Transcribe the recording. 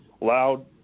loud